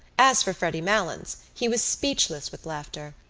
as for freddy malins he was speechless with laughter.